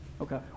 Okay